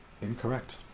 Incorrect